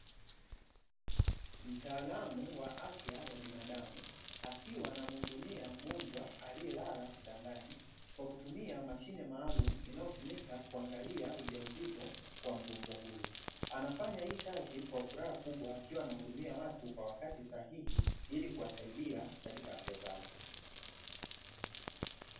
Mtaalamu wa afya ya binadamu, akiwa anamuhudumia mgonjwa aliyelala kitandani, kwa kutumia mashine maalumu inayotumika kuangalia ujauzito wa mgonjwa huyo, anafanya hii kazi kwa furaha kubwa, akiwa anahudumia watu kwa wakati sahihi, ili kuwasaidia katika afya zao.